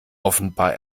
offenbar